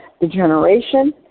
degeneration